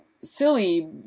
silly